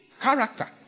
Character